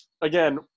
again